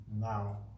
now